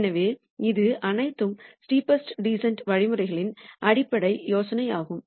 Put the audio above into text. எனவே இது அனைத்து ஸ்டெப்பஸ்ட் டீசன்ட் வழிமுறைகளின் அடிப்படை யோசனையாகும்